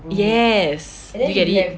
yes you get it